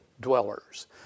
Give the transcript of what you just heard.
dwellers